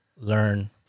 learn